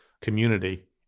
community